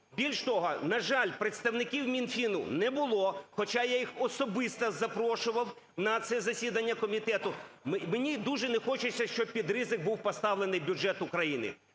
Більш того, на жаль, представників Мінфіну не було, хоча я їх особисто запрошував на це засідання комітету. Мені дуже не хочеться, щоб під ризик був поставлений бюджет України,